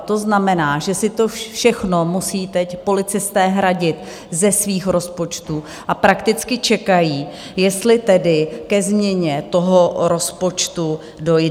To znamená, že si to všechno musí teď policisté hradit ze svých rozpočtů a prakticky čekají, jestli tedy ke změně toho rozpočtu dojde.